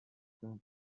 cream